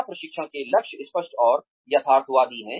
क्या प्रशिक्षण के लक्ष्य स्पष्ट और यथार्थवादी हैं